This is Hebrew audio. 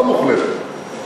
לא מוחלטת,